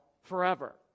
forever